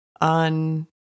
on